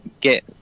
get